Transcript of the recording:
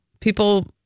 people